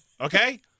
okay